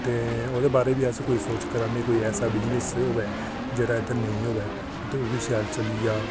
ते ओह्दे बारै बी कोई सोच करै दे ते ऐसा बिज़नेस होऐ जेह्ड़ा इत्थै नेईं होऐ ते ओह्बी शैल चली जा